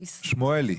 שמואלי: